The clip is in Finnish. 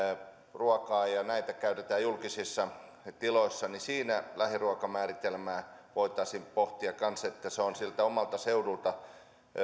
ruokaa ja näitä käytetään julkisissa tiloissa niin siinä lähiruokamääritelmää voitaisiin pohtia kanssa että se on siltä omalta seudulta